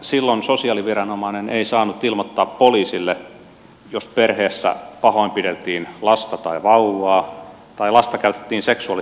silloin sosiaaliviranomainen ei saanut ilmoittaa poliisille jos perheessä pahoinpideltiin lasta tai vauvaa tai lasta käytettiin seksuaalisesti hyväksi